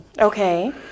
Okay